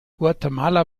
guatemala